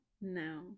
No